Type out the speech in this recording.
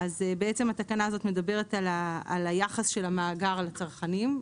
בעצם התקנה הזאת מדברת על היחס של המאגר לצרכנים.